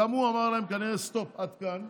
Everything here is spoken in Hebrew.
גם הוא אמר להם, כנראה: סטופ, עד כאן.